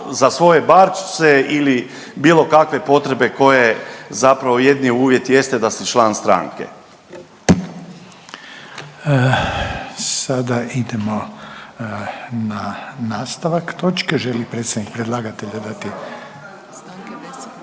za svoje barčice ili bilo kakve potrebe koje, zapravo jedini uvjet jeste da si član stranke. **Reiner, Željko (HDZ)** Sada idemo na nastavak točke, želi li predstavnik predlagatelja dati… …/Upadica se